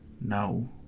No